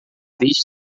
deixe